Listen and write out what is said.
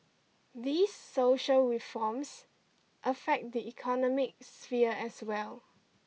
these social reforms affect the economic sphere as well